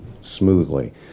smoothly